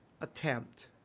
attempt